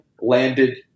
landed